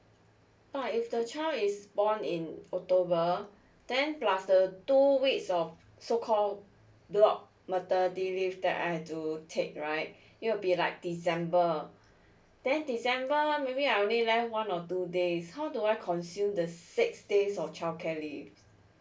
what if the child is born in october then plus the two weeks of so called block maternity leave that I have to take right it'll be like december then december maybe I will be only left one or two days how do I consume this six days of childcare leave